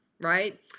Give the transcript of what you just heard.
right